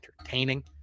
entertaining